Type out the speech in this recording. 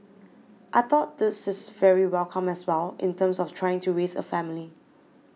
I thought this is very welcome as well in terms of trying to raise a family